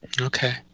Okay